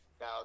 Now